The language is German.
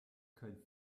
kein